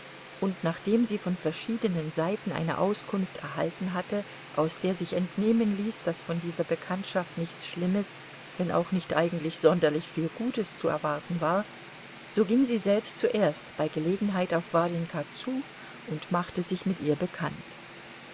und nachdem sie von verschiedenen seiten eine auskunft erhalten hatte aus der sich entnehmen ließ daß von dieser bekanntschaft nichts schlimmes wenn auch nicht eigentlich sonderlich viel gutes zu erwarten war so ging sie selbst zuerst bei gelegenheit auf warjenka zu und machte sich mit ihr bekannt